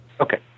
Okay